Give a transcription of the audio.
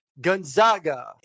Gonzaga